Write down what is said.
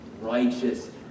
righteous